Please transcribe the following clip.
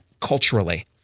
culturally